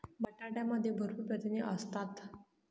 बटाट्यामध्ये भरपूर प्रथिने असतात